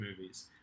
movies